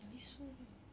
Daiso lah